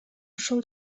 ошол